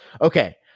Okay